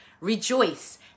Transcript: rejoice